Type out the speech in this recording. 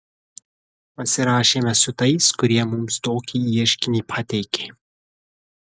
pasirašėme su tais kurie mums tokį ieškinį pateikė